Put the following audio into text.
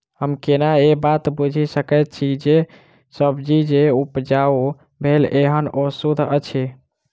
हम केना ए बात बुझी सकैत छी जे सब्जी जे उपजाउ भेल एहन ओ सुद्ध अछि?